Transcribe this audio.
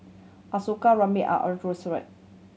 Ashoka Razia and Alluri